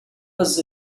was